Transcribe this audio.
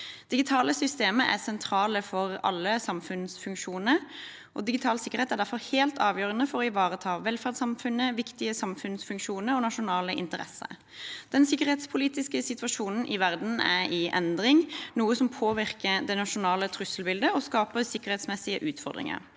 Digitale systemer er sentrale for alle samfunnsfunksjoner. Digital sikkerhet er derfor helt avgjørende for å ivareta velferdssamfunnet, viktige samfunnsfunksjoner og nasjonale interesser. Den sikkerhetspolitiske situasjonen i verden er i endring, noe som påvirker det nasjonale trusselbildet og skaper sikkerhetsmessige utfordringer.